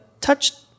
touched